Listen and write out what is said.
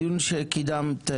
הדיון שקידמת,